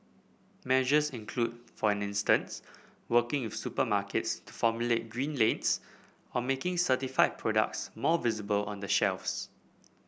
measures include for an instance working if supermarkets to formulate green lanes or making certified products more visible on the shelves